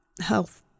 health